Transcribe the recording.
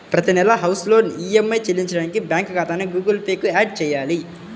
ప్రతి నెలా house loan EMI చెల్లించడానికి బ్యాంకు ఖాతాను గుగుల్ పే కు యాడ్ చేయాలి